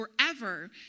Forever